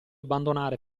abbandonare